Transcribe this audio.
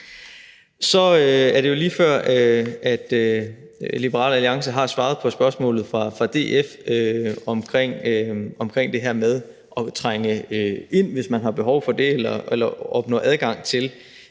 Så er det jo lige før, at Liberal Alliance har svaret på spørgsmålet fra DF om det her med at trænge ind, hvis der er behov for det, eller opnå adgang til